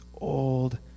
old